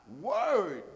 word